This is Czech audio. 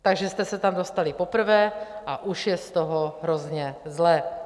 Takže jste se tam dostali poprvé a už je z toho hrozně zle.